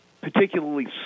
particularly